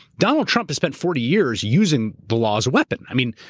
donald trump has spent forty years using the law as a weapon. i mean,